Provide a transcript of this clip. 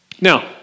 Now